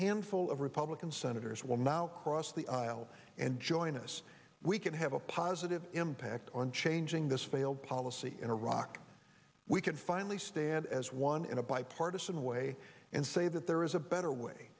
handful of republican senators will now cross the aisle and join us we can have a positive impact on changing this failed policy in iraq we can finally stand as one in a bipartisan way and say that there is a better way